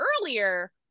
earlier